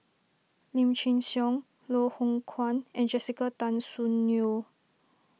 Lim Chin Siong Loh Hoong Kwan and Jessica Tan Soon Neo